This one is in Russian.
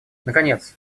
наконец